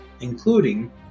including